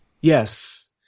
Yes